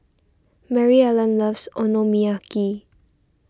Maryellen loves Okonomiyaki